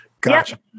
Gotcha